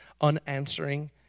unanswering